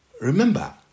remember